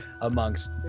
amongst